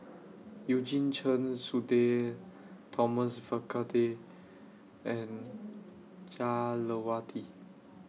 Eugene Chen Sudhir Thomas Vadaketh and Jah Lelawati